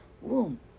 womb